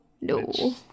No